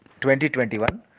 2021